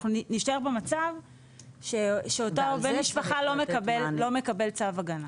אנחנו נישאר במצב שאותו בן משפחה לא מקבל צו הגנה.